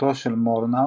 להתפכחותו של מורנאו,